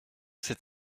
c’est